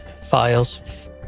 files